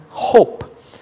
hope